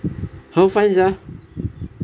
how find sia